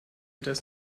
das